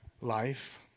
life